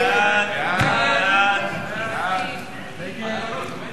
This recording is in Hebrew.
החלטת ועדת הכספים